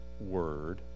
word